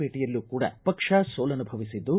ಪೇಟೆಯಲ್ಲೂ ಕೂಡ ಪಕ್ಷ ಸೋಲನುಭವಿಸಿದ್ದು